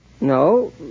No